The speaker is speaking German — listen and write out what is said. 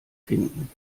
finden